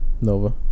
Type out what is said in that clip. Nova